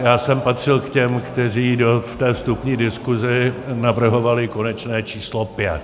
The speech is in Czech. A já jsem patřil k těm, kteří v té vstupní diskuzi navrhovali konečné číslo pět.